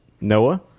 Noah